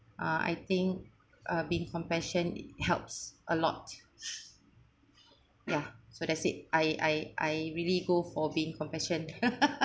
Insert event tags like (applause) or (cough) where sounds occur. uh I think uh being compassion helps a lot ya so that's it I I I really go for being compassion (laughs)